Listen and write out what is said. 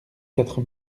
quatre